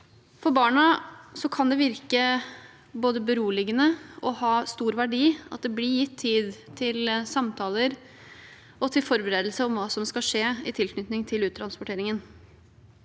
For barna kan det både virke beroligende og ha stor verdi at det blir gitt tid til samtaler og forberedelse på hva som skal skje i tilknytning til uttransporteringen.